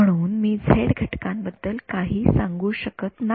म्हणून मी झेड घटकांबद्दल काही सांगू शकत नाही